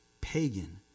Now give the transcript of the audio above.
pagan